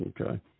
Okay